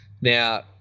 Now